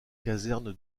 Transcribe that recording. caserne